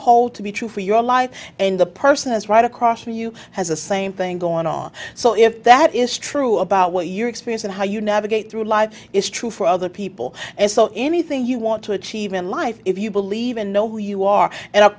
hold to be true for your life and the person is right across from you has the same thing going on so if that is true about what your experience and how you navigate through life is true for other people and so anything you want to achieve in life if you believe and know who you are and